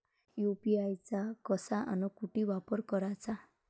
UPI चा कसा अन कुटी वापर कराचा?